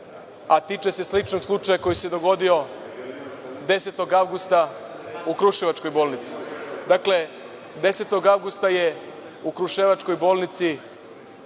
a tiče se sličnog slučaja koji se dogodio 10. avgusta u Kruševačkoj bolnici. Dakle, 10. avgusta je u Kruševačkoj bolnici